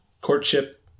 courtship